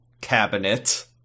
cabinet